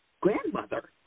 grandmother